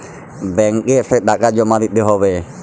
Bank এ এসে টাকা জমা দিতে হবে?